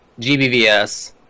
gbvs